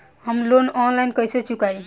हम loan online कइसे चुकाई?